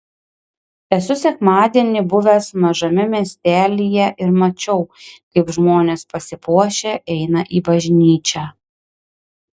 esu sekmadienį buvęs mažame miestelyje ir mačiau kaip žmonės pasipuošę eina į bažnyčią